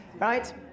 right